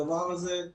אנחנו